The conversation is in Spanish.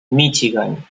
míchigan